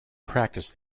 practice